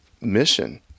mission